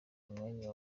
mwanya